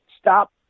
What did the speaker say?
stop